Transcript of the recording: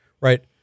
right